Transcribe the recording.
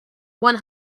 one